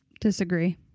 Disagree